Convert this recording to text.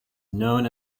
known